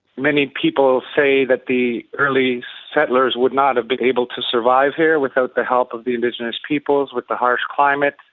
many people say that the early settlers would not have been able to survive here without the help of the indigenous peoples, with the harsh climate,